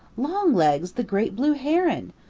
longlegs the great blue heron!